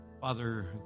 Father